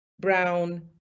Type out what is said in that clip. brown